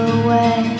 away